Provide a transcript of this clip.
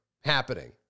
happening